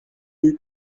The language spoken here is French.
eut